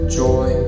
joy